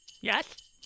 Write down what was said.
Yes